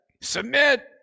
submit